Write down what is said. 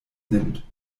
nimmt